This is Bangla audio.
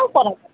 ও